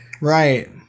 Right